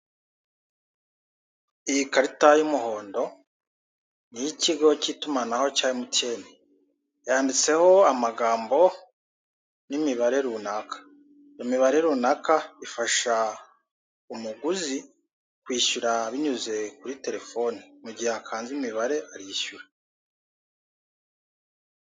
Iyi ikarita y'umuhondo ni iy'ikigo k'itumanaho cya MTN. Yanditseho amagambo n'imibare runaka. Imibare runaka ifasha umuguzi kwishyura binyuze kuri telefone. Mu gihe akanze imibare arishyura.